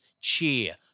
Cheer